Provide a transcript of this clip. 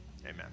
Amen